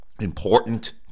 important